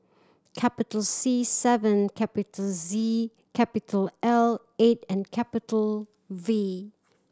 capital C seven capital Z capital L eight and capital V